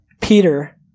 Peter